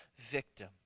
victim